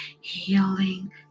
healing